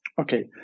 okay